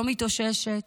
לא מתאוששת,